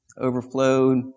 overflowed